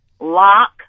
lock